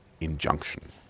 injunction